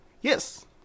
Yes